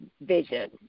vision